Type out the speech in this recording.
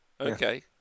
Okay